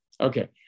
Okay